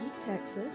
Texas